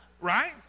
right